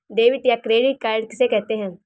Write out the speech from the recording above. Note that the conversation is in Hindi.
डेबिट या क्रेडिट कार्ड किसे कहते हैं?